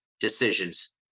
decisions